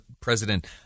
President